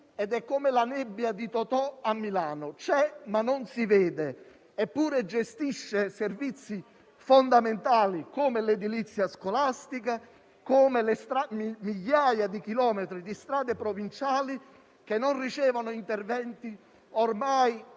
ed è come la nebbia di Totò a Milano: c'è, ma non si vede. Eppure, gestisce servizi fondamentali come l'edilizia scolastica, migliaia di chilometri di strade provinciale che non ricevono interventi di